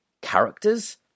characters